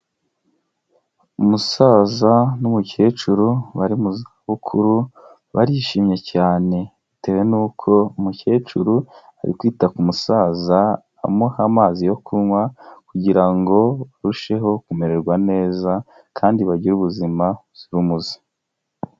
Umusaza n'umukecuru bari mu zabukuru barishimye cyane, bitewe n'uko umukecuru ari kwita ku musaza amuha amazi yo kunywa kugira ngo barusheho kumererwa neza kandi bagire ubuzima buzira umuze.